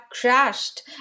crashed